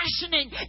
fashioning